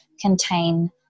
contain